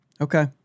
Okay